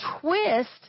twist